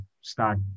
start